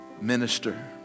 minister